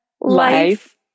Life